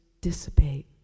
dissipate